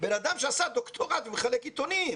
בן אדם שעשה דוקטורט ומחלק עיתונים.